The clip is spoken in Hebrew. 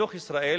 בתוך ישראל,